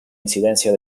incidencia